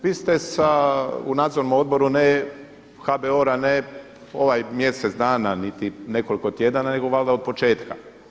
Vi ste u nadzornom odboru, ne HBOR-a, ne ovaj mjesec dana niti nekoliko tjedana nego valjda otpočetka.